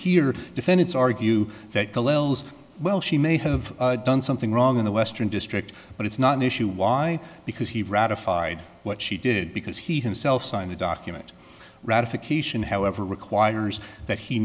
to defend its argue that well she may have done something wrong in the western district but it's not an issue why because he ratified what she did because he himself signed the document ratification however requires that he